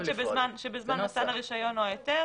בזמן מתן הרישיון או ההיתר,